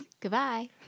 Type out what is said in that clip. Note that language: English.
Goodbye